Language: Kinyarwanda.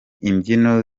imbyino